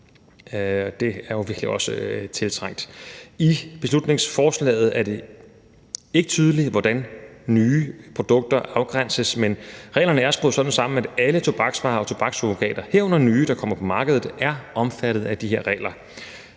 Det er jo virkelig også tiltrængt. I beslutningsforslaget et det ikke tydeligt, hvordan nye produkter afgrænses, men reglerne er skruet sådan sammen, at alle tobaksvarer og tobakssurrogater, herunder nye, der kommer på markedet, er omfattet af de her regler.